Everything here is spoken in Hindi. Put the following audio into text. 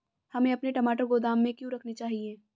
हमें अपने टमाटर गोदाम में क्यों रखने चाहिए?